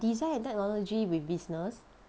design and technology with business